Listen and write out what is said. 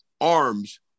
arms